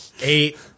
eight